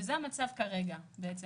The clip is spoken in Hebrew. וזה המצב כרגע בעצם.